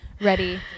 Ready